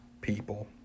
people